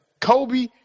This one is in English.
Kobe